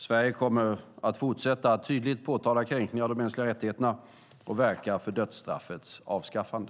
Sverige kommer att fortsätta att tydligt påtala kränkningar av de mänskliga rättigheterna och verka för dödsstraffets avskaffande.